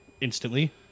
instantly